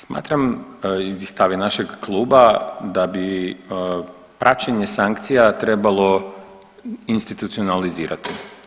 Smatram i stav je našeg kluba da bi praćenje sankcija trebalo institucionalizirati.